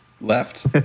left